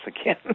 again